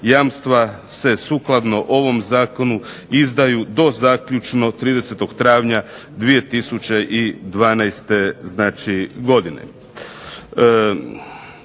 Jamstva se sukladno ovom zakonu izdaju do zaključno 30. travnja 2012. godine".